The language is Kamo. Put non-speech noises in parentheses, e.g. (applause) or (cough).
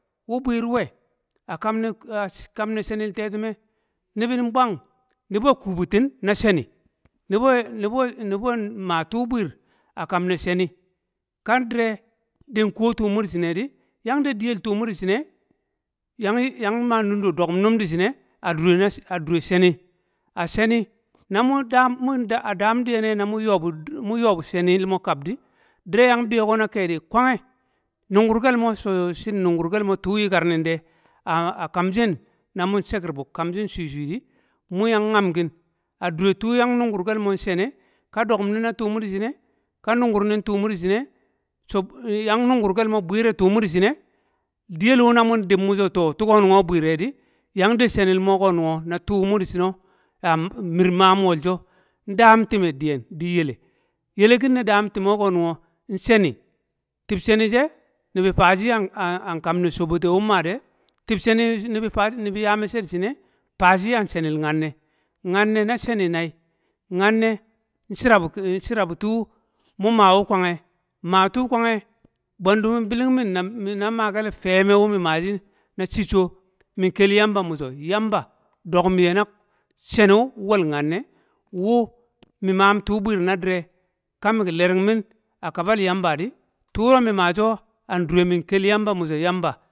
wu̱ bwi̱r nwe̱ a kam ne̱ (noise) a kam ne̱ she̱ni̱l te̱ti̱me̱ ni̱bi̱n bwang, ni̱bi̱ wu ku̱u̱ bu̱tti̱n na she̱ni ni̱bi̱ we̱-nibi we ma tu̱ bwi̱r a kam ne̱ she̱ni̱, kan di̱re̱ nku̱we tuu mu̱di̱ shi̱ne̱ di̱, yang de̱ di̱ye̱l. tu̱ mu̱ di̱ shi̱ ne, yang ma nunde̱ do̱kum nin di shi̱ ne̱ a du̱re̱ na a du̱re̱ she̱ni̱ a she̱ ni na mu dam- mu̱n dam a dam di̱ye̱ne̱ mu̱n yo bu she̱ni̱l mo̱ kab di̱ di̱re yang bi̱yo̱ko̱ na ke̱di̱ kwangke̱, nu̱ngur kelmo̱ so tu̱ yikar ni̱n de̱, a kam shi̱n, namu̱n she̱kir bu̱ kamshin shwi̱-shwi̱ di, mu yang ngyam kin a dure tu yang nungur kelmo she̱ni̱ e̱, ka do̱ku̱m ni̱n na tu mu dịshi̱ ne ka nungur ni̱n tu mu da shi̱ ne- so̱-yang nunku̱ke̱l mo̱ bwi̱i̱re̱ tu̱ mu di̱ shi̱ ne̱. diye̱l wu̱ mun dib mu so tu ko̱ bwi̱r re̱ di̱, nde̱ she̱ ni̱ mo̱ ko na tu mu̱ di̱shi̱ no̱, mi̱r mam wolsho̱ ndam ti̱me̱ di̱yen di̱n. ye̱le̱ ye̱le̱ki̱n ne dan ti̱me̱ ko̱ nungko̱, she̱ni, ti̱b she̱ni she̱, ni̱bi̱ fa shi̱ an kam sho̱bo̱te̱ wu̱ mma de̱. tib she̱ nibi̱ ya me̱cce̱ di̱ shi̱ e̱ fa shi̱ a she̱ni̱l nyanne̱. nyanne n na she̱ni nai, nyanne̱ shi̱ra bu̱, nshi̱ra bu̱ tuu mu̱ ma wu̱ kwangke̱. ma tu kwangke bwe̱ndu biling min na- na make̱l fe̱me̱ mi̱ mashi̱ na chicco̱, miso̱ yamba doku̱m ye̱ na- she̱ni̱ nwe̱l nyanne̱ wu̱ mi mam tuu bwir na di̱re, ka mi le̱ring mi̱n a kabal yamba di. tu ko̱ mi̱ ma. so̱ an du̱re̱ min ke̱l yamba mi̱ so̱ yamba.